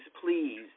please